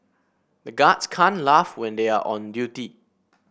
the guards can't laugh when they are on duty